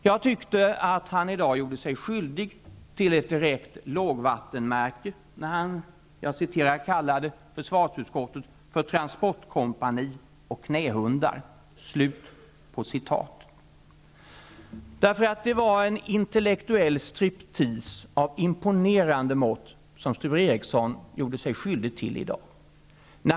Jag tyckte att han i dag gjorde sig skyldig till ett direkt lågvattenmärke när han kallade försvarsutskottet för transportkompani och knähundar. Sture Ericson åstadkom en intellektuell strip tease av imponerande mått.